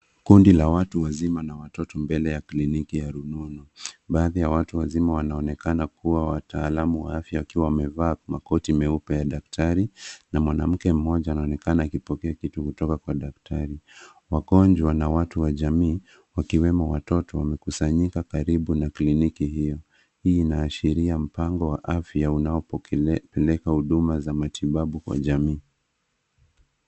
Kituo hiki cha umeme kina nguzo ndefu za chuma zenye nyaya nyingi zinazosaidia kusambaza umeme kwa usahihi. Vifaa vya usambazaji vimewekwa kwa mpangilio mzuri kuhakikisha mtiririko thabiti wa nishati. Miundo hii mikubwa ni sehemu muhimu sana ya mfumo wa usambazaji wa umeme unaowezesha vifaa na mashine kufanya kazi kwa ufanisi.